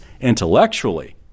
intellectually